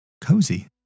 Cozy